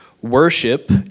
Worship